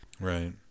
Right